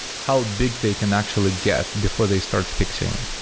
how big they can actually get before they start fixing it.